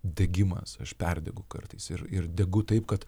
degimas aš perdegu kartais ir ir degu taip kad